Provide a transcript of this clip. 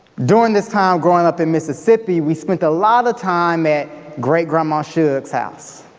during this time growing up in mississippi, we spent a lot of time at great grandma shug's house.